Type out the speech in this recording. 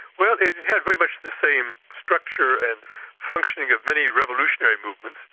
well, it had very much the same structure and functioning of many revolutionary movements.